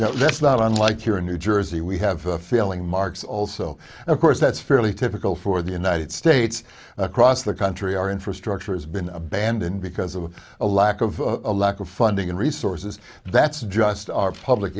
now that's not unlike here in new jersey we have a failing marks also of course that's fairly typical for the united states across the country our infrastructure has been abandoned because of a lack of a lack of funding and resources that's just our public